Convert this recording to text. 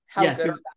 Yes